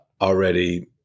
already